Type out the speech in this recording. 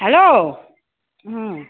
hello হুম